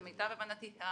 למיטב הבנתי,